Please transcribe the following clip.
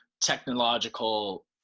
technological